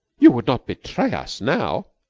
you would not betray us now?